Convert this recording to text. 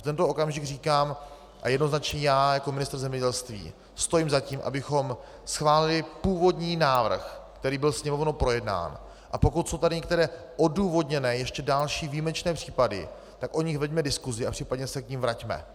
A v tento okamžik říkám, že jednoznačně já jako ministr zemědělství stojím za tím, abychom schválili původní návrh, který byl Sněmovnou projednán, a pokud jsou tady některé odůvodněné, ještě další výjimečné případy, tak o nich veďme diskusi a případně se k nim vraťme.